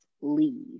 leave